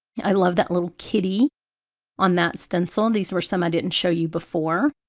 i love that little kitty on that stencil and these were some i didn't show you before,